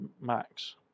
Max